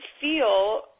feel